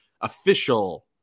official